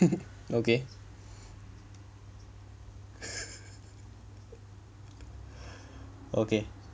okay okay